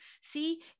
See